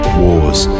wars